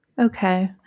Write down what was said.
Okay